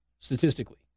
statistically